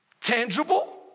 Tangible